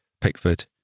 Pickford